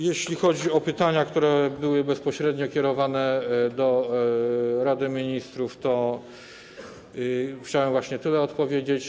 Jeśli chodzi o pytania, które były bezpośrednio kierowane do Rady Ministrów, chciałem udzielić właśnie tylu odpowiedzi.